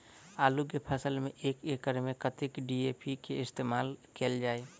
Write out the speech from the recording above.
आलु केँ फसल मे एक एकड़ मे कतेक डी.ए.पी केँ इस्तेमाल कैल जाए?